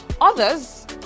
others